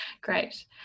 Great